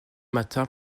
matin